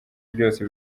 byose